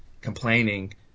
complaining